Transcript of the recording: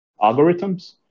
algorithms